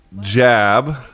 jab